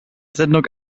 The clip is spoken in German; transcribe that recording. sendung